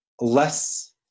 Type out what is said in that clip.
less